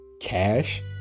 cash